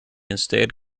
instead